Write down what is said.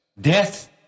death